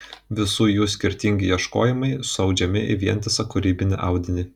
visų jų skirtingi ieškojimai suaudžiami į vientisą kūrybinį audinį